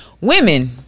women